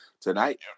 tonight